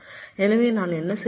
எனவே நான் என்ன செய்கிறேன்